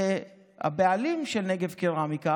והבעלים של נגב קרמיקה,